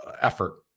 effort